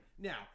Now